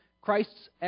Christ's